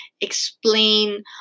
explain